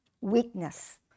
weakness